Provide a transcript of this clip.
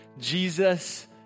Jesus